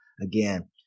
again